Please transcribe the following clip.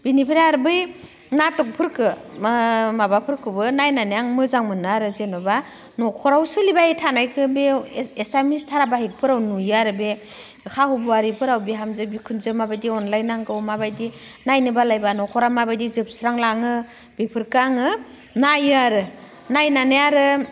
बिनिफ्राय आरो बै नाटकफोरखो माबाफोरखौबो नायनानै आं मोजां मोनो आरो जेनेबा न'खराव सोलिबाय थानायखो एसामिस धाराबाहिग फोराव नुयो आरो बे हाहु बुवारि फोराव बिहामजो बिखुनजो माबादि अनज्लायनांगौ माबादि नायनो बालायब्ला न'खरा माबायदि जोबस्रांलाङो बेफोरखो आङो नायो आरो नायनानै आरो